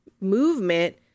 movement